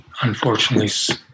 unfortunately